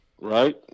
Right